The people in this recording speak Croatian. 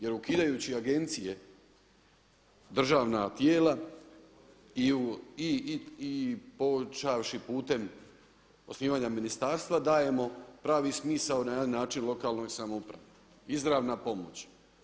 Jer ukidajući agencije državna tijela i počevši putem osnivanja ministarstva dajemo pravi smisao na jedan način lokalnoj samoupravi, izravna pomoć.